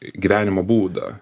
gyvenimo būdą